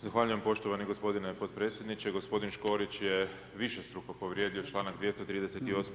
Zahvaljujem poštovani gospodine podpredsjedniče, gospodin Škorić je višestruko povrijedio članak 238.